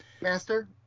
Master